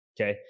Okay